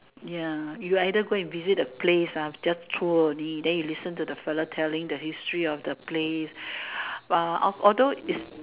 ya you either go and visit the place ah just tour only then you listen to the fella telling the history of the place while of although is